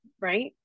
right